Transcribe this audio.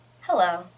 hello